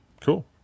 Cool